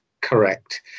correct